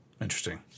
Interesting